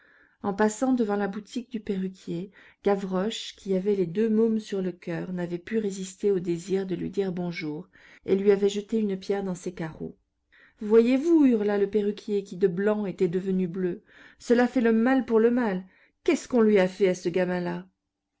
en passant devant la boutique du perruquier gavroche qui avait les deux mômes sur le coeur n'avait pu résister au désir de lui dire bonjour et lui avait jeté une pierre dans ses carreaux voyez-vous hurla le perruquier qui de blanc était devenu bleu cela fait le mal pour le mal qu'est-ce qu'on lui a fait à ce gamin là